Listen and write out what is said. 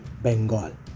Bengal